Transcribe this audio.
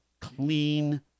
clean